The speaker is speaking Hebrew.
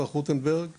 הולכים